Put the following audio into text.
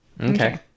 Okay